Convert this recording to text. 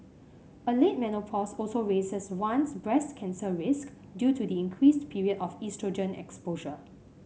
a late menopause also raises one's breast cancer risk due to the increased period of oestrogen exposure